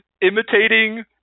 imitating